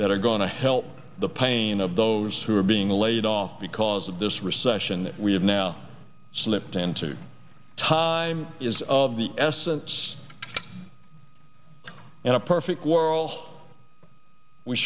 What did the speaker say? that are going to help the pain of those who are being laid off because of this recession we have now slipped into time is of the essence in a perfect world we